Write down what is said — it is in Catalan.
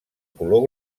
color